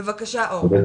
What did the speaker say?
בבקשה אור.